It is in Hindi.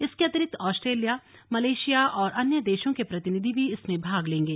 इसके अतिरिक्त आस्ट्रेलिया मलेशिया और अन्य देशों के प्रतिनिधि भी इसमें भाग लेंगे